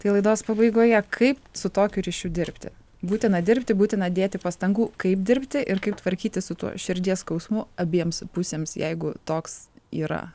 tai laidos pabaigoje kaip su tokiu ryšiu dirbti būtina dirbti būtina dėti pastangų kaip dirbti ir kaip tvarkytis su tuo širdies skausmu abiems pusėms jeigu toks yra